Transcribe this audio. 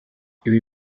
ibi